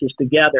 together